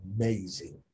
amazing